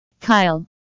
Kyle